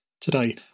today